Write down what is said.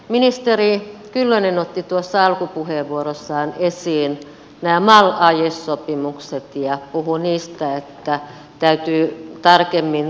ministeri kyllönen otti tuossa alkupuheenvuorossaan esiin nämä mal aiesopimukset ja puhui niistä että täytyy tarkemmin tutustua